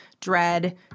dread